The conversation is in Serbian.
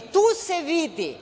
Tu se vidi